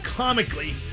comically